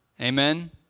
Amen